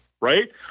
right